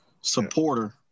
supporter